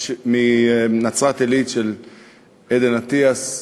של עדן אטיאס מנצרת-עילית.